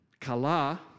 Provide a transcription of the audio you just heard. Kala